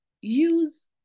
use